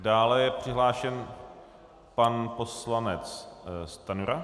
Dále je přihlášen pan poslanec Stanjura.